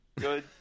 good